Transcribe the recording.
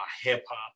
hip-hop